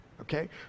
Okay